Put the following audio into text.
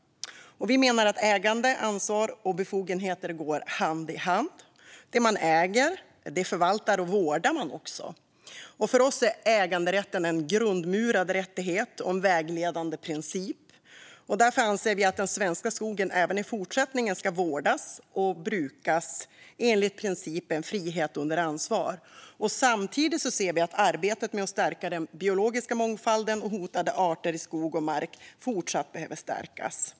Vi menar att ägande, ansvar och befogenheter går hand i hand. Det som man äger förvaltar och vårdar man också. För oss är äganderätten en grundmurad rättighet och en vägledande princip. Därför anser vi att den svenska skogen även i fortsättningen ska vårdas och brukas enligt principen frihet under ansvar. Samtidigt ser vi att arbetet med att stärka den biologiska mångfalden och hotade arter i skog och mark fortsatt behöver stärkas.